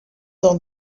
dans